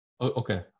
okay